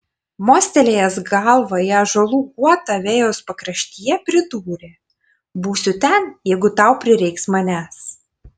mostelėjęs galva į ąžuolų guotą vejos pakraštyje pridūrė būsiu ten jeigu tau prireiks manęs